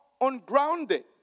ungrounded